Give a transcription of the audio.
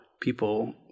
people